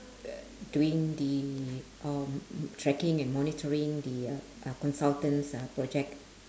doing the um tracking and monitoring the uh consultant's uh project